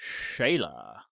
Shayla